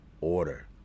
order